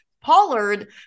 Pollard